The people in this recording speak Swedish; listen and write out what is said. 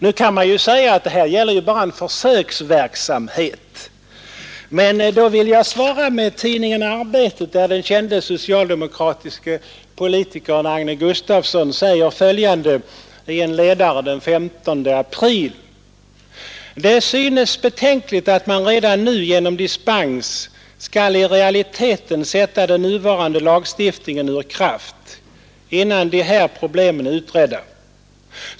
Nu kan man säga att det bara gäller en försöksverksamhet, men då vill jag svara med tidningen Arbetet, där den kände socialdemokratiske politikern Agne Gustafsson säger följande i en ledare den 15 april: ”Det synes betänkligt att man redan nu genom dispens skall i realiteten sätta den nuvarande lagstiftningen ur kraft, innan de här problemen är utredda.